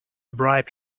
bribe